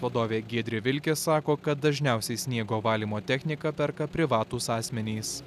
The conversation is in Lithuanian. vadovė giedrė vilkė sako kad dažniausiai sniego valymo techniką perka privatūs asmenys